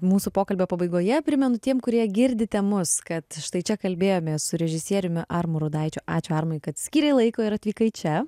mūsų pokalbio pabaigoje primenu tiem kurie girdite mus kad štai čia kalbėjomės su režisieriumi armu rudaičiu ačiū armai kad skyrei laiko ir atvykai čia